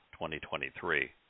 2023